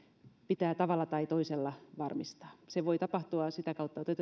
pitää tavalla tai toisella varmistaa se voi tapahtua sitä kautta että